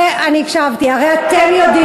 את לא הקשבת לנו, את לא הקשבת בכלל.